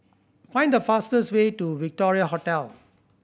find the fastest way to Victoria Hotel